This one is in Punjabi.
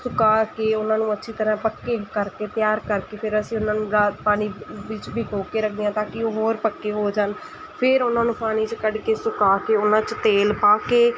ਸੁਕਾ ਕੇ ਉਹਨਾਂ ਨੂੰ ਅੱਛੀ ਤਰ੍ਹਾਂ ਪੱਕੇ ਕਰਕੇ ਤਿਆਰ ਕਰਕੇ ਫਿਰ ਅਸੀਂ ਉਹਨਾਂ ਨੂੰ ਰਾਤ ਪਾਣੀ ਵਿੱਚ ਭਿਗੋ ਕੇ ਰੱਖਦੇ ਹਾਂ ਤਾਂ ਕਿ ਉਹ ਹੋਰ ਪੱਕੇ ਹੋ ਜਾਣ ਫਿਰ ਉਹਨਾਂ ਨੂੰ ਪਾਣੀ 'ਚ ਕੱਢ ਕੇ ਸੁਕਾ ਕੇ ਉਹਨਾਂ 'ਚ ਤੇਲ ਪਾ ਕੇ